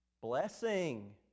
Blessing